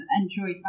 enjoyed